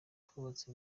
twubatse